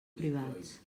privats